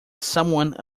someone